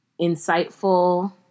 insightful